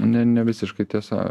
ne ne visiškai tiesa